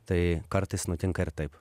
tai kartais nutinka ir taip